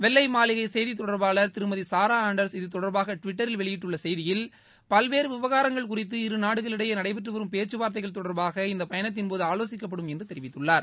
வெள்ளை மாளிகை செய்தித் தொடர்பாளர் திருமதி சாரா சாண்டர்ஸ் இது தொடர்பாக டிவிட்டரில் வெளியிட்டுள்ள செய்தியில் பல்வேறு விவகாரங்கள் குறித்து இரு நாடுகளிடையே நடைபெற்று வரும் பேச்சுவார்த்தைகள் தொடர்பாக இந்த பயணத்தின் போது ஆலோசிக்கப்படும் என்று தெரிவித்துள்ளார்